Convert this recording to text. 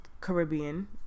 Caribbean